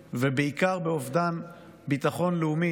ובעיקר באובדן ביטחון לאומי,